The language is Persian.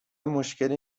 مشکلی